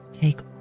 take